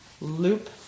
loop